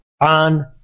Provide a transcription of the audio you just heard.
on